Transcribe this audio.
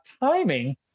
timing